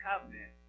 covenant